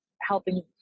helping